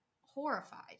horrified